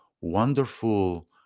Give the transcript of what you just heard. wonderful